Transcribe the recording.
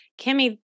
Kimmy